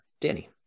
danny